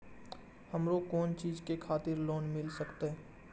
हमरो कोन चीज के खातिर लोन मिल संकेत?